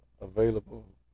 available